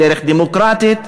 בדרך דמוקרטית,